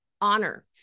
honor